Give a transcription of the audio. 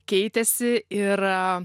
keitėsi ir